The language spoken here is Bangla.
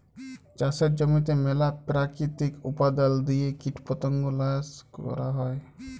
চাষের জমিতে ম্যালা পেরাকিতিক উপাদাল দিঁয়ে কীটপতঙ্গ ল্যাশ ক্যরা হ্যয়